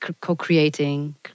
co-creating